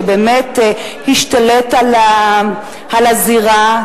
שבאמת השתלט על הזירה,